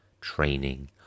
training